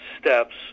steps